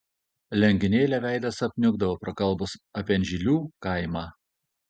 lionginėlio veidas apniukdavo prakalbus apie anžilių kaimą